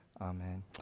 Amen